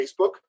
facebook